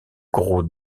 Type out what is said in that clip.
gros